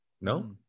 No